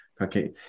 okay